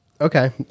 Okay